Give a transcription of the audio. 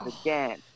Again